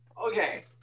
Okay